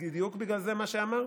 בדיוק בגלל זה מה שאמרתי.